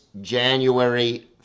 january